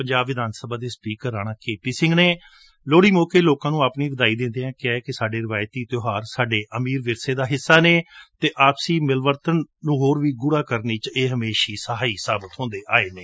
ਪੰਜਾਬ ਵਿਧਾਨ ਸਭਾ ਦੇ speaker Rana K P Singh ਨੇ ਲੋਹੜੀ ਮੌਕੇ ਲੋਕਾਂ ਨੂੰ ਆਪਣੀ ਵਧਾਈ ਦਿੰਦਿਆਂ ਕਿਹੈ ਕਿ ਸਾਡੇ ਰਿਵਾਇਤੀ ਤਿਉਹਾਰ ਸਾਡੇ ਅਮੀਰ ਵਿਰਸੇ ਦਾ ਹਿੱਸਾ ਨੇ ਅਤੇ ਆਪਸੀ ਮਿਲਵਰਤਣ ਨੂੰ ਹੋਰ ਵੀ ਗੁੜਾ ਕਰਨ ਵਿਚ ਇਹ ਹਮੇਸ਼ਾ ਹੀ ਸਹਾਈ ਸਾਬਤ ਹੂੰਦੇ ਆਏ ਨੇ